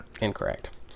incorrect